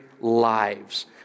lives